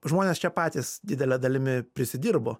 žmonės čia patys didele dalimi prisidirbo